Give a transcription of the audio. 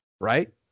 Right